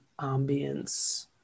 ambience